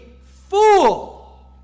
fool